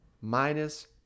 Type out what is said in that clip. minus